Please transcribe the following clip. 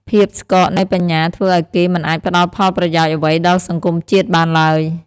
ភាពស្កកនៃបញ្ញាធ្វើឱ្យគេមិនអាចផ្ដល់ផលប្រយោជន៍អ្វីដល់សង្គមជាតិបានឡើយ។